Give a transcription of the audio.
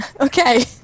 Okay